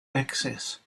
access